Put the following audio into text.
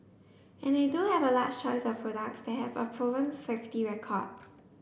and they do have a large choice of products that have a proven safety record